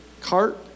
cart